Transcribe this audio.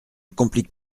complique